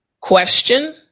question